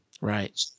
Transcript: Right